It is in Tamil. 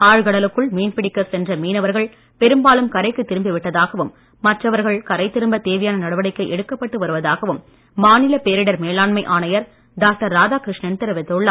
ஆழ்கடலுக்குள் மீன்பிடிக்க சென்ற மீனவர்கள் பெரும்பாலும் கரைக்கு திரும்பி விட்டதாகவும் மற்றவர்கள் கரை திரும்ப தேவையான நடவடிக்கை எடுக்கப்பட்டு வருவதாகவும் மாநில பேரிடர் இராதாகிருஷ்ணன் தெரிவித்துள்ளார்